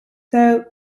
though